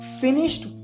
finished